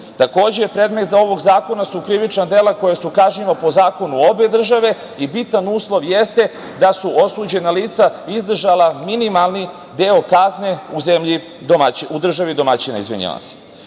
lica. Takođe, predmet ovog zakona su krivična dela koja su kažnjiva po zakonu obe države i bitan uslov jeste da su osuđena lica izdržala minimalni deo kazne u državi domaćina. Svakako